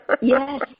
Yes